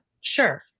Sure